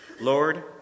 Lord